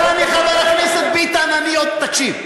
חבר הכנסת ביטן, תקשיב.